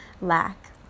lack